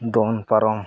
ᱫᱚᱱ ᱯᱟᱨᱚᱢ